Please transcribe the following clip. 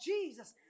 Jesus